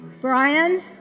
Brian